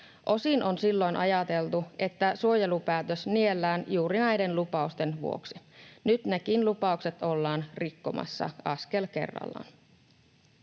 Osin on silloin ajateltu, että suojelupäätös niellään juuri näiden lupausten vuoksi. Nyt nekin lupaukset ollaan rikkomassa askel kerrallaan.